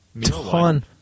ton